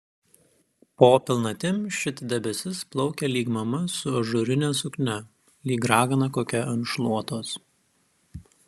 po pilnatim šit debesis plaukė lyg mama su ažūrine suknia lyg ragana kokia ant šluotos